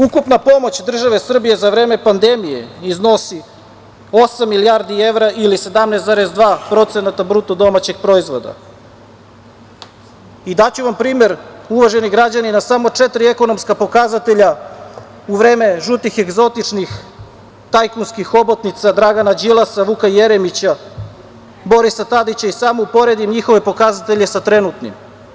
Ukupna pomoć države Srbije za vreme pandemije iznosi osam milijardi evra ili 17,2% bruto domaćeg proizvoda i daću vam primer, uvaženi građani, na samo četiri ekonomska pokazatelja u vreme žutih egzotičnih tajkunskih hobotnica Dragana Đilasa, Vuka Jeremića, Borisa Tadića i samo bih uporedio njihove pokazatelja sa trenutnim.